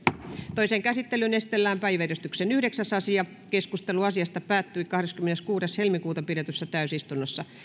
toiseen käsittelyyn esitellään päiväjärjestyksen yhdeksäs asia keskustelu asiasta päättyi kahdeskymmeneskuudes toista kaksituhattayhdeksäntoista pidetyssä täysistunnossa